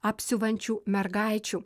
apsiuvančių mergaičių